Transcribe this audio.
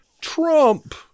Trump